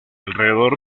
alrededor